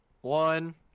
One